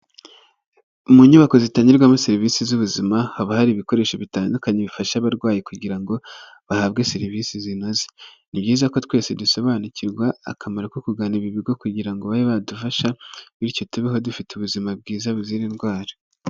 Mu nyubako zitangirwamo serivisi z'ubuzima, haba hari ibikoresho bitandukanye bifasha abarwayi kugira ngo bahabwe serivisi zinoze. Ni byiza ko twese dusobanukirwa akamaro ko kugana ibi bigo kugira ngo babe badufasha bityo tubeho dufite ubuzima bwiza buzira indwara.